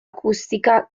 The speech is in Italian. acustica